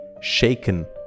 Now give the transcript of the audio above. shaken